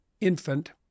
infant